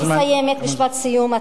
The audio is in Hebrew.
ופה אני מסיימת, משפט סיום.